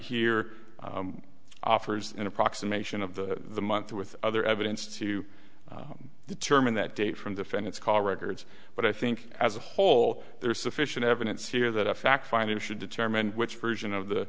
here offers an approximation of the month with other evidence to determine that date from defend its call records but i think as a whole there is sufficient evidence here that a fact finding should determine which version of the